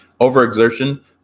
overexertion